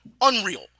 unreal